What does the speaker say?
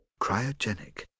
Cryogenic